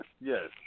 yes